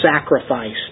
sacrificed